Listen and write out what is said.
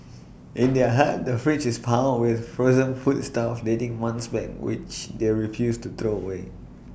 in their hut the fridge is piled with frozen foodstuff dating months back which they refuse to throw away